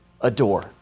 adore